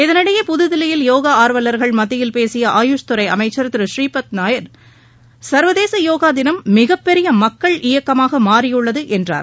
இதனிடையே புதுதில்லியில் யோகா ஆர்வலர்கள் மத்தியில் பேசிய ஆயுஷ் துறை அமைச்சர் திரு ஸ்ரீபத் நாயர் சர்வதேச யோகா தினம் மிகப்பெரிய மக்கள் இயக்கமாக மாறியுள்ளது என்றார்